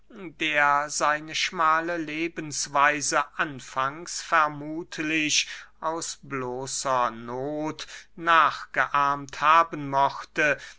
der seine schmale lebensweise anfangs vermuthlich aus bloßer noth nachgeahmt haben mochte